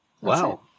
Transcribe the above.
Wow